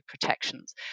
protections